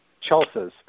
Chelsea's